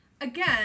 again